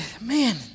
man